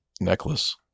necklace